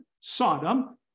Sodom